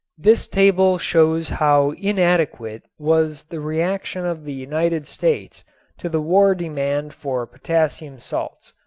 this table shows how inadequate was the reaction of the united states to the war demand for potassium salts.